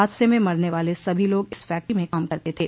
हादसे में मरने वाले सभी लोग इस फैक्ट्री में काम करते थे